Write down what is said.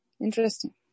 Interesting